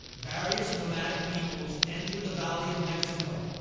various nomadic peoples entered the valley of mexico,